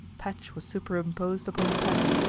patch was superimposed upon patch,